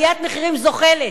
עליית מחירים זוחלת,